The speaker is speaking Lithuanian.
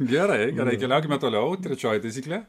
gerai gerai keliaukime toliau trečioji taisyklė